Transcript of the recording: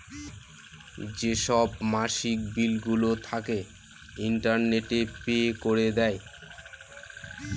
যেসব মাসিক বিলগুলো থাকে, ইন্টারনেটে পে করে দেয়